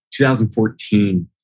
2014